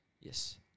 Yes